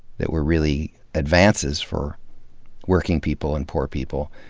that were really advances for working people and poor people,